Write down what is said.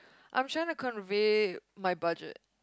I'm trying to convey my budget